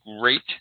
great